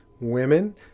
women